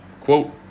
quote